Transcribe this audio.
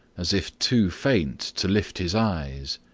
as if too faint to lift his eyes.